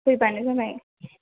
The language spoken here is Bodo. फैब्लानो जाबाय